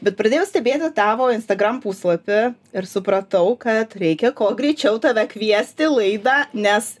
bet pradėjau stebėti tavo instagram puslapį ir supratau kad reikia kuo greičiau tave kviest į laidą nes